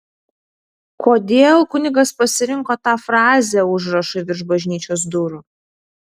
kodėl kunigas pasirinko tą frazę užrašui virš bažnyčios durų